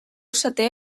setè